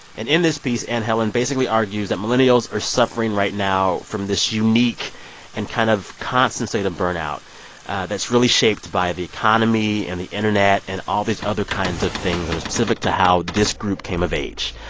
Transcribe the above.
and in this piece, anne helen basically argues that millennials are suffering right now from this unique and kind of constant state of burnout that's really shaped by the economy and the internet and all these other kinds of things that are specific to how this group came of age.